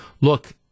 look